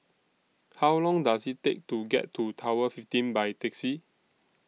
How Long Does IT Take to get to Tower fifteen By Taxi